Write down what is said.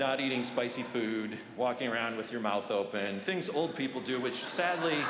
not eating spicy food walking around with your mouth open and things old people do which sadly